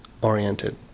oriented